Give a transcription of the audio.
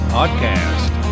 Podcast